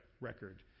record